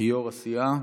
כיו"ר הסיעה.